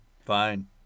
Fine